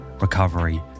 recovery